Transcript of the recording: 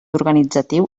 organitzatiu